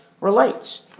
relates